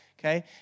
okay